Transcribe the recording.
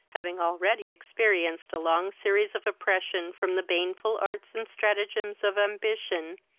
having already experienced a long series of oppression from the baneful arts and stratagems of ambition,